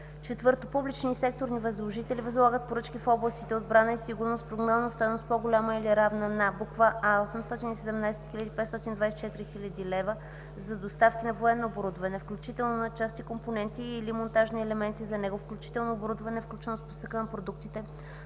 № 2; 4. публични и секторни възложители възлагат поръчки в областите отбрана и сигурност с прогнозна стойност, по-голяма или равна на: а) 817 524 лв. – за доставки на военно оборудване, включително на части, компоненти и/или монтажни елементи за него, включително оборудване, включено в списъка на продуктите,